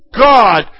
God